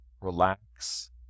relax